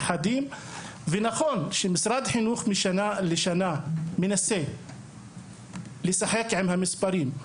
ונכון שמשרד החינוך מנסה משנה לשנה לשחק עם המספרים.